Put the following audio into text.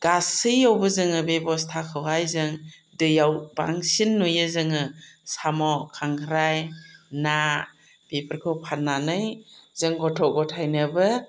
गासैआवबो जोङो बेबस्थाखौहाय जों दैआव बांसिन नुयो जोङो साम' खांख्राइ ना बेफोरखौ फाननानै जों गथ' गथायनोबो